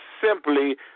simply